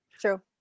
true